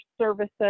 services